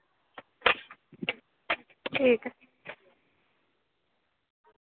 ठीक